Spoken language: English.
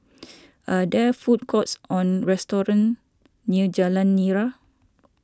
are there food courts or restaurants near Jalan Nira